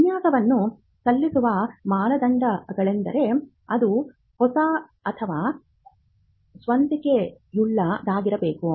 ವಿನ್ಯಾಸವನ್ನು ಸಲ್ಲಿಸುವ ಮಾನದಂಡಗಳೆಂದರೆ ಅದು ಹೊಸ ಅಥವಾ ಸ್ವಂತಿಕೆಯುಳ್ಳದಾಗಿರಬೇಕು